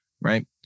right